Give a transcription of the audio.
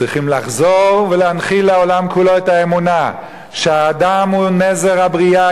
צריכים לחזור ולהנחיל לעולם כולו את האמונה שהאדם הוא נזר הבריאה,